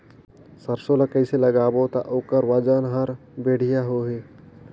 सरसो ला कइसे लगाबो ता ओकर ओजन हर बेडिया होही?